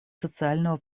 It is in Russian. социального